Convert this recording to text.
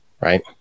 right